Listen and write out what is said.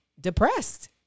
depressed